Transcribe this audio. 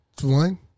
One